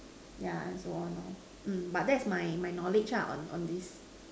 yeah and so on lor mm but that's my my knowledge ah on on this